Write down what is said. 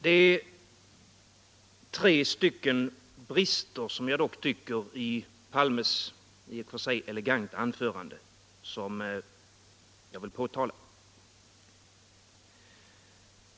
Det finns dock, tycker jag, tre stycken brister i herr Palmes i och för sig eleganta anförande som jag vill påtala.